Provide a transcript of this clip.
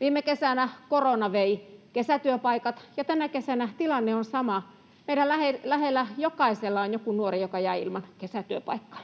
Viime kesänä korona vei kesätyöpaikat, ja tänä kesänä tilanne on sama. Meidän lähellämme jokaisella on joku nuori, joka jäi ilman kesätyöpaikkaa.